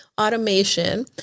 automation